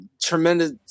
tremendous